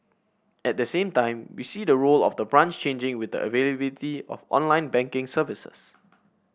at the same time we see the role of the branch changing with the availability of online banking services